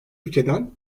ülkeden